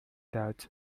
that